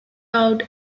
out